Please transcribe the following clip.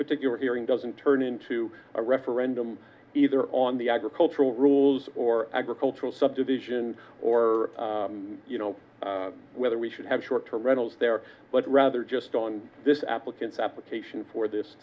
particular hearing doesn't turn into a referendum either on the agricultural rules or agricultural subdivision or whether we should have short term rentals there but rather just on this applicant's application for this